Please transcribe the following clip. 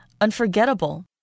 unforgettable